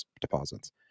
deposits